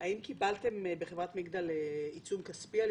האם קיבלתם בחברת מגדל עיצום כספי על